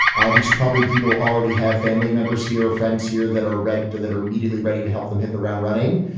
ah these are probably people already have family members here or friends here that are ready to that are immediately ready to help them hit the ground running.